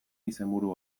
izenburu